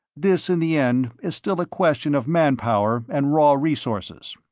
this in the end is still a question of manpower and raw resources.